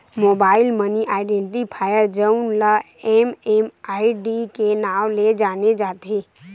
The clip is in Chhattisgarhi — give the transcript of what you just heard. मोबाईल मनी आइडेंटिफायर जउन ल एम.एम.आई.डी के नांव ले जाने जाथे